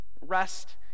rest